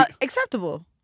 acceptable